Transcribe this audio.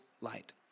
light